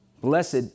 Blessed